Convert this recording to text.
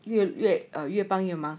越越越帮越忙